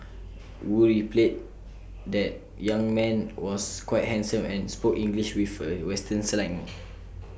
wu relayed that young man was quite handsome and spoke English with A western slang